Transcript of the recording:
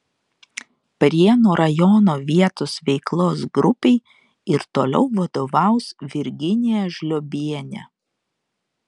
prienų rajono vietos veiklos grupei ir toliau vadovaus virginija žliobienė